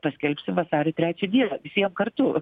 paskelbsim vasario trečią dieną visiem kartu